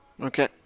Okay